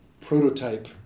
prototype